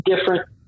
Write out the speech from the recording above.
different